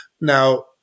Now